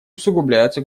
усугубляются